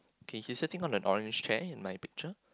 okay he's sitting on an orange chair in my picture